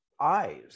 eyes